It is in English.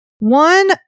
One